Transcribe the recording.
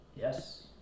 Yes